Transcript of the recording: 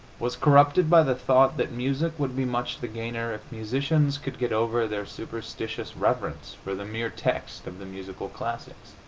was corrupted by the thought that music would be much the gainer if musicians could get over their superstitious reverence for the mere text of the musical classics.